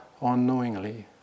unknowingly